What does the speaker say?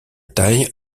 taille